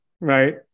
Right